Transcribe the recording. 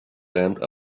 damned